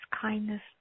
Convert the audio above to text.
kindness